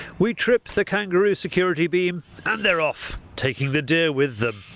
we trip the kangaroo security beam and they're off, taking the deer with them.